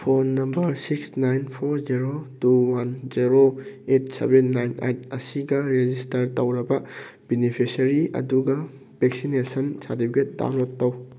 phone number six nine four zero two one zero eight seven nine eight ꯑꯁꯤꯒ register ꯇꯧꯔꯕ beneficiary ꯑꯗꯨꯒ vaccination certificate download ꯇꯧ